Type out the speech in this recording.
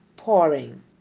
Pouring